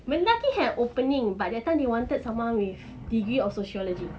mendaki have opening but that time they wanted someone with a degree of sociology